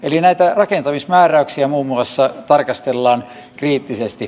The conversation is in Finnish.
eli näitä rakentamismääräyksiä muun muassa tarkastellaan kriittisesti